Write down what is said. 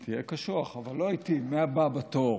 תהיה קשוח, אבל לא איתי, מהבא בתור.